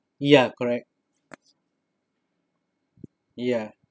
ya correct ya